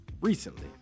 recently